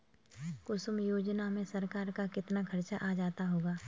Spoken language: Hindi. कुसुम योजना में सरकार का कितना खर्चा आ जाता होगा